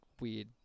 weird